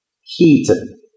Heaton